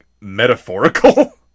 metaphorical